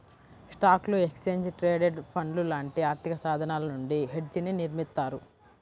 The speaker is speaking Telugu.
స్టాక్లు, ఎక్స్చేంజ్ ట్రేడెడ్ ఫండ్లు లాంటి ఆర్థికసాధనాల నుండి హెడ్జ్ని నిర్మిత్తారు